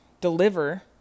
deliver